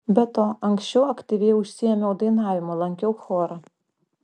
be to anksčiau aktyviai užsiėmiau dainavimu lankiau chorą